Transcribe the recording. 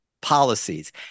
policies